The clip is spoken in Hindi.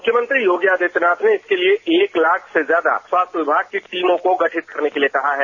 मुख्यमंत्री योगी आदित्यनाथ ने इसके लिए एक लाख से ज्यादा स्वास्थ्य विभाग के टीमों को गठित करने के लिए कहा है